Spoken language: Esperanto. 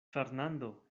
fernando